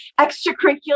extracurricular